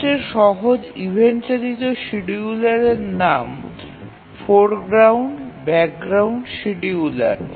সবচেয়ে সহজ ইভেন্ট চালিত শিডিয়ুলারের নাম ফোরগ্রাউন্ড ব্যাকগ্রাউন্ড শিডিয়ুলার